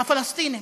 הפלסטינים.